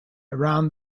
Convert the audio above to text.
around